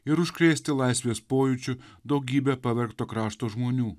ir užkrėsti laisvės pojūčiu daugybę pavergto krašto žmonių